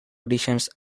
orígens